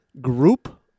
group